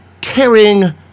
carrying